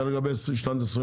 זה לגבי שנת 2024?